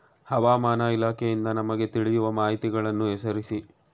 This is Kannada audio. ಹವಾಮಾನ ಇಲಾಖೆಯಿಂದ ನಮಗೆ ತಿಳಿಯುವ ಮಾಹಿತಿಗಳನ್ನು ಹೆಸರಿಸಿ?